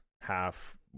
half